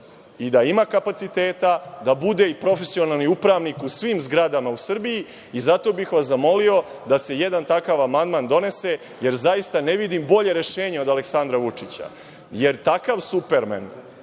i da ima kapaciteta da bude i profesionalni upravnik u svim zgradama u Srbiji. Zato bih vas zamolio da se jedan takav amandman donese, jer zaista ne vidim bolje rešenje od Aleksandra Vučića, jer takav supermen